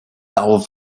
auf